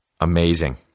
Amazing